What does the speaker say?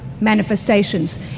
manifestations